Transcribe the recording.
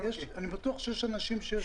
אני בטוח שיש אנשים שיש להם הערות.